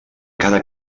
cada